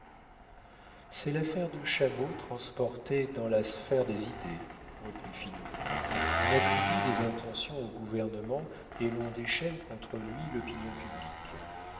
c'est l'affaire de chabot transportée dans la sphère des idées reprit finot on attribue des intentions au gouvernement et l'on déchaîne contre lui l'opinion publique